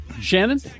Shannon